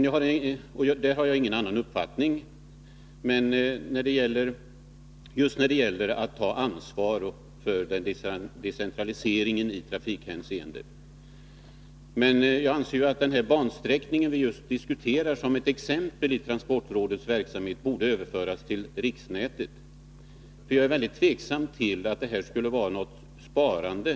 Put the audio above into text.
Jag har ingen annan uppfattning än kommunikationsministern när det gäller att ansvaret bör decentraliseras i trafikhänseende. Men jag anser att den bansträckning vi diskuterar, som ett exempel på transportrådets verksamhet, borde överföras till riksnätet. Mot bakgrund av de siffror jag nämnde är jag nämligen tveksam till att man här skulle kunna åstadkomma något sparande.